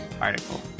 article